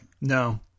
No